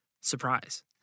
Surprise